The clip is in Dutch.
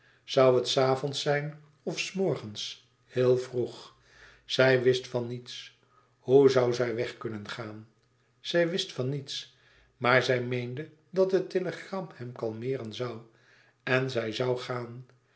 zoû het s avonds zijn of s morgens heel vroeg zij wist van niets hoe zoû zij weg kunnen gaan zij wist van niets maar zij meende dat het telegram hem kalmeeren zoû en zij zoû gaan